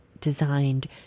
designed